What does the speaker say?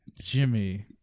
Jimmy